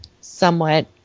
somewhat